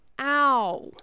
Ow